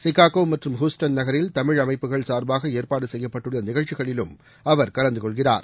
Chicago மற்றும் Houston நகரில் தமிழ் அமைப்புகள் சார்பாக ஏற்பாடு செய்யப்பட்டுள்ள நிகழ்ச்சிகளிலும் அவர் கலந்து கொள்கிறார்